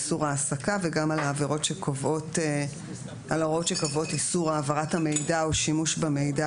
איסור העסקה וגם על ההוראות שקובעות איסור העברת המידע או שימוש במידע